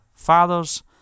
Fathers